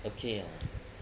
okay uh